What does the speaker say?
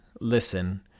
listen